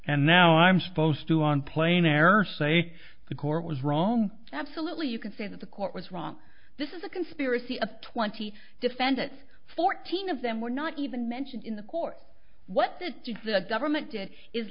and now i'm supposed to on plain error say the court was wrong absolutely you can say that the court was wrong this is a conspiracy of twenty defendants fourteen of them were not even mentioned in the court what the government did is